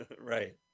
Right